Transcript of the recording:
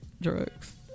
drugs